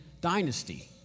Dynasty